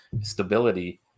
stability